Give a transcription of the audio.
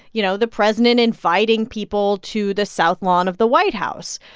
you know, the president inviting people to the south lawn of the white house.